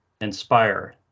inspire